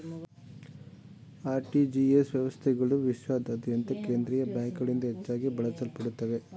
RTGS ವ್ಯವಸ್ಥೆಗಳು ವಿಶ್ವಾದ್ಯಂತ ಕೇಂದ್ರೀಯ ಬ್ಯಾಂಕ್ಗಳಿಂದ ಹೆಚ್ಚಾಗಿ ಬಳಸಲ್ಪಡುತ್ತವೆ